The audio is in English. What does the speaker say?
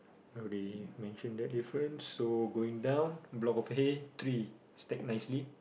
oh they mention their differences so going down block of hay three stacked nicely